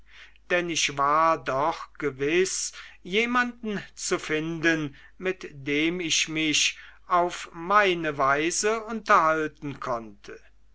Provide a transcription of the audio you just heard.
denn ich war doch gewiß jemanden zu finden mit dem ich mich auf meine weise unterhalten konnte